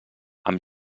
amb